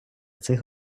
цих